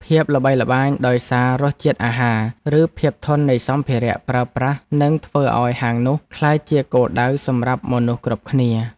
ភាពល្បីល្បាញដោយសាររសជាតិអាហារ ឬភាពធន់នៃសម្ភារៈប្រើប្រាស់នឹងធ្វើឱ្យហាងនោះក្លាយជាគោលដៅសម្រាប់មនុស្សគ្រប់គ្នា។